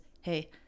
hey